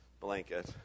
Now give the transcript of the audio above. blanket